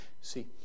See